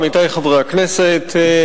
עמיתי חברי הכנסת,